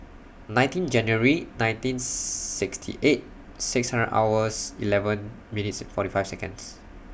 nineteen January nineteen sixty eight six hundred hours eleven minutes forty five Seconds